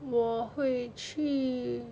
我会去